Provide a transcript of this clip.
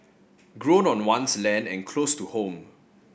grown on one's land and close to home